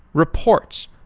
reports,